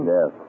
Yes